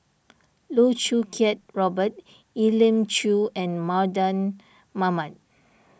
Loh Choo Kiat Robert Elim Chew and Mardan Mamat